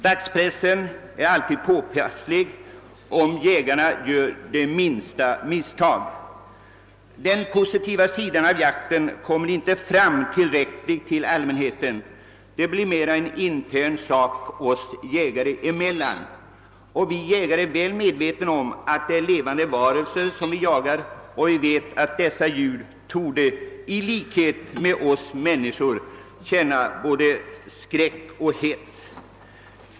Dagspressen är alltid påpasslig och tar upp minsta misstag som jägarna gör. Den positiva sidan av jakten kommer däremot inte till allmänhetens kännedom på samma sätt — det blir mer en intern sak oss jägare emellan. Vi jägare är väl medvetna om att det är levande varelser vi jagar, och vi vet att dessa djur i likhet med oss människor känner både skräck och hets.